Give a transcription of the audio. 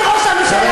אדוני ראש הממשלה,